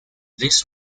this